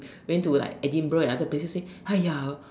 went to like Edinburgh and other places say !aiya!